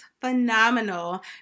phenomenal